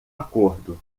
acordo